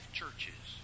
churches